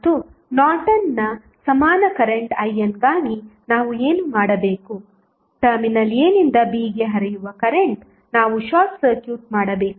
ಮತ್ತು ನಾರ್ಟನ್ನ ಸಮಾನ ಕರೆಂಟ್ IN ಗಾಗಿ ನಾವು ಏನು ಮಾಡಬೇಕು ಟರ್ಮಿನಲ್ a ನಿಂದ b ಗೆ ಹರಿಯುವ ಕರೆಂಟ್ ನಾವು ಶಾರ್ಟ್ ಸರ್ಕ್ಯೂಟ್ ಮಾಡಬೇಕು